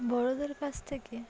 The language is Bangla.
বড়োদের কাছ থেকে